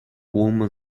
woman